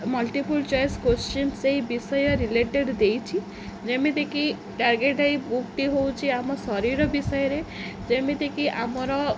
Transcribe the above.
multiple choice question ସେଇ ବିଷୟ related ଦେଇଛି ଯେମିତିକି ଟାର୍ଗେଟ୍ ଏଇ ବୁକ୍ଟି ହେଉଛି ଆମ ଶରୀର ବିଷୟରେ ଯେମିତିକି ଆମର